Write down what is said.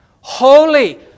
Holy